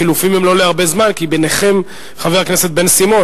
החילופין הם לא להרבה זמן כי ביניכם חבר הכנסת בן-סימון,